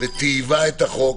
וטייבה את החוק.